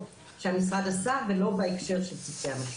שהמשרד עשה ולא בהקשר של צוותי המשבר.